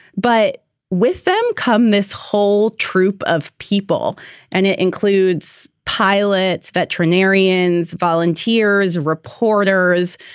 but with them come this whole troupe of people and it includes pilots, veterinarians, volunteers, reporters.